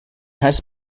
has